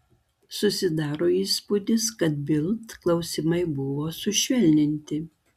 susidaro įspūdis kad bild klausimai buvo sušvelninti